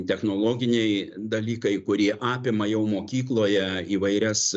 technologiniai dalykai kurie apima jau mokykloje įvairias